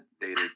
dated